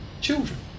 children